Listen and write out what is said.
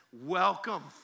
welcome